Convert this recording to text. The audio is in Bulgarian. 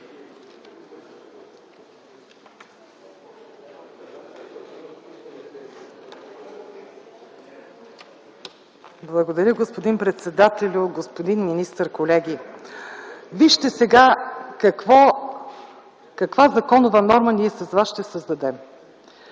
Благодаря, господин председателю. Господин министър, колеги, вижте сега каква законова норма ще създадем